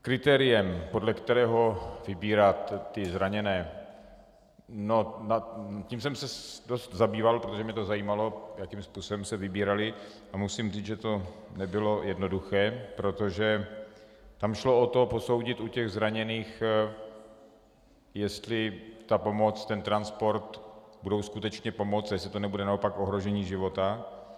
Kritériem, podle kterého vybírat zraněné, jsem se dost zabýval, protože mě zajímalo, jakým způsobem se vybírali, a musím říci, že to nebylo jednoduché, protože tam šlo o to, posoudit u zraněných, jestli ta pomoc, ten transport bude skutečně pomoc, jestli to nebude naopak ohrožení života.